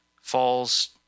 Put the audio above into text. falls